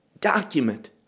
document